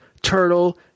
Turtle